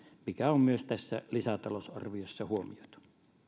mikä on myös tässä lisätalousarviossa huomioitu